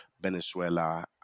Venezuela